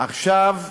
עכשיו,